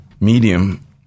medium